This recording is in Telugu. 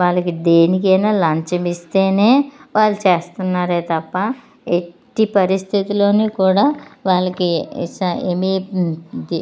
వాళ్ళకి దేనికైనా లంచం ఇస్తేనే వాళ్ళు చేస్తున్నారే తప్పా ఎట్టి పరిస్థితుల్లోని కూడా వాళ్ళకి ఏమి తి